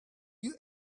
you